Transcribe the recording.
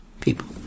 people